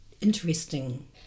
interesting